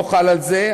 לא חל על זה.